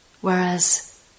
whereas